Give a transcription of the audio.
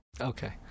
okay